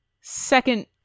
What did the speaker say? second